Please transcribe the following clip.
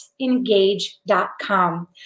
engage.com